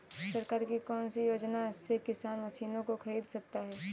सरकार की कौन सी योजना से किसान मशीनों को खरीद सकता है?